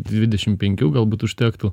dvidešim penkių galbūt užtektų